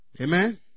Amen